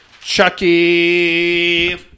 Chucky